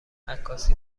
عکاسی